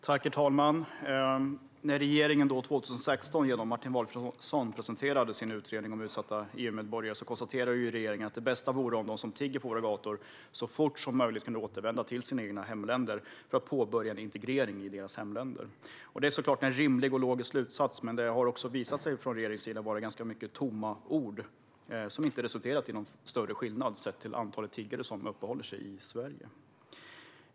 Herr talman! När regeringen 2016 genom Martin Valfridsson presenterade utredningen om utsatta EU-medborgare konstaterade regeringen att det bästa vore om de som tigger på våra gator kan återvända till sina hemländer så fort som möjligt för att påbörja en integrering där. Det är såklart en rimlig och logisk slutsats. Men det har visat sig vara ganska mycket tomma ord från regeringen. De har inte resulterat i någon större skillnad sett till antalet tiggare som uppehåller sig i Sverige.